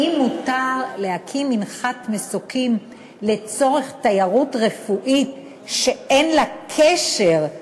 האם מותר להקים מנחת מסוקים לצורך תיירות רפואית שאין לה קשר,